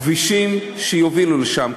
כבישים שיובילו לשם,